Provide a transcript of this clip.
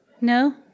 No